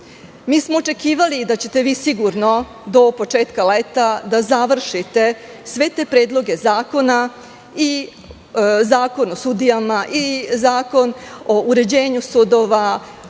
smo očekivali da ćete vi sigurno do početka leta da završite sve te predloge zakona i Zakon o sudijama i Zakon o uređenju sudova,